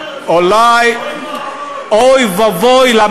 אולי אוי ואבוי, שאזרחים לא יוכלו להגן על עצמם.